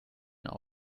out